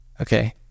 Okay